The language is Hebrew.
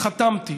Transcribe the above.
חתמתי,